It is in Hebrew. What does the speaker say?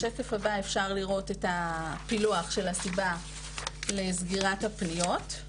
בשקף הבא אפשר לראות את הפילוח של הסיבה לסגירת הפניות,